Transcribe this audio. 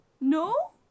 No